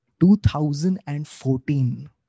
2014